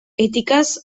etikaz